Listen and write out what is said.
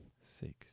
six